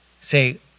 say